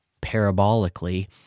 parabolically